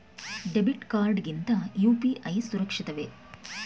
Debit card ಗಿಂತ UPI ಸುರಕ್ಷಿತವೇ?